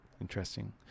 interesting